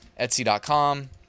etsy.com